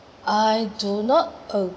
I do not agree